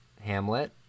Hamlet